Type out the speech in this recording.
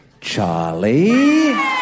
Charlie